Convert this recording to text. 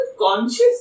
conscious